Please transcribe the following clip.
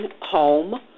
home